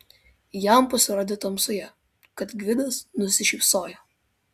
jam pasirodė tamsoje kad gvidas nusišypsojo